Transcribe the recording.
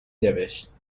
نوشت